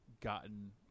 gotten